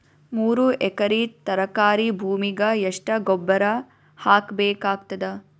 ಮೂರು ಎಕರಿ ತರಕಾರಿ ಭೂಮಿಗ ಎಷ್ಟ ಗೊಬ್ಬರ ಹಾಕ್ ಬೇಕಾಗತದ?